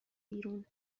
بیرون